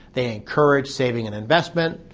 they courage saving and investment,